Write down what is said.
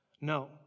No